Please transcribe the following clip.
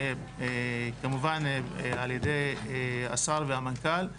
כמובן על ידי השר והמנכ"ל,